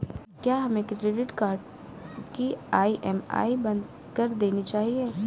क्या हमें credit card की ई.एम.आई बंद कर देनी चाहिए?